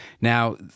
now